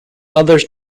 others